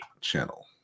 channel